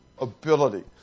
ability